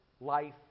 life